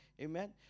Amen